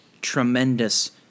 tremendous